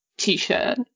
t-shirt